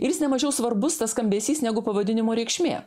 ir jis nemažiau svarbus tas skambesys negu pavadinimo reikšmė